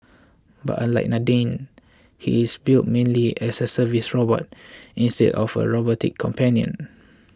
but unlike Nadine he is built mainly as a service robot instead of a robotic companion